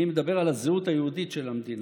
אני מדבר על הזהות היהודית של המדינה,